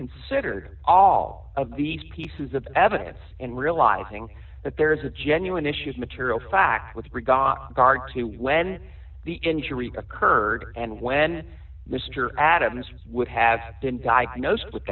considered all of these pieces of evidence and realizing that there is a genuine issues material fact with regatta garg when the injury occurred and when mr adams would have been diagnosed with